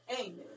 Amen